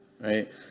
Right